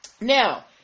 Now